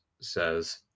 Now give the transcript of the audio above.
says